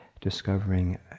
discovering